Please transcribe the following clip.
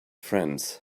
friends